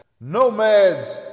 Nomads